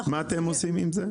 מה אתם עושים עם זה?